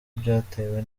byatewe